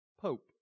pope